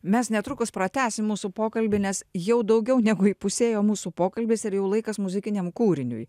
mes netrukus pratęsim mūsų pokalbį nes jau daugiau negu įpusėjo mūsų pokalbis ir jau laikas muzikiniam kūriniui